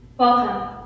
Welcome